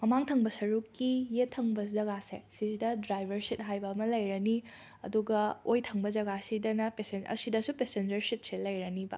ꯃꯃꯥꯡ ꯊꯪꯕ ꯁꯔꯨꯛꯀꯤ ꯌꯦꯠ ꯊꯪꯕ ꯖꯒꯥꯁꯦ ꯁꯤꯗ ꯗ꯭ꯔꯥꯏꯕꯔ ꯁꯤꯠ ꯍꯥꯏꯕ ꯑꯃ ꯂꯩꯔꯅꯤ ꯑꯗꯨꯒ ꯑꯣꯏ ꯊꯪꯕ ꯖꯒꯥꯁꯤꯗꯅ ꯄꯦꯁꯦꯟ ꯑꯁꯤꯗꯁꯨ ꯄꯦꯁꯦꯟꯖꯔ ꯁꯤꯠꯁꯦ ꯂꯩꯔꯅꯤꯕ